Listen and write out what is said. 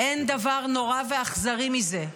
אין דבר נורא ואכזרי מזה.